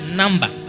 number